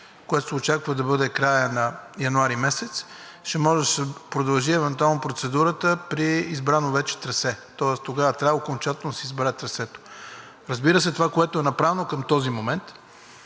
което се очаква да бъде края на месец януари, и ще може да се продължи евентуално процедурата при избрано вече трасе, тоест тогава трябва окончателно да се избере трасето. Разбира се, това, което е направено към този момент,